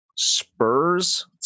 spurs